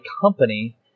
company